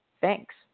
Thanks